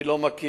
אני לא מכיר.